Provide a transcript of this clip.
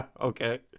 Okay